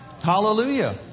Hallelujah